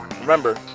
Remember